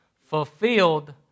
Fulfilled